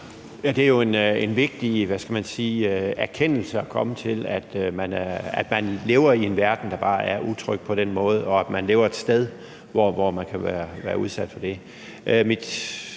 (M): Det er jo en vigtig erkendelse at komme til, altså at man lever i en verden, der bare er utryg på den måde, og at man lever et sted, hvor man kan være udsat for det.